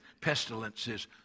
pestilences